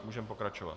Můžeme pokračovat.